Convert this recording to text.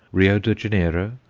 rio de janeiro,